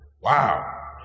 Wow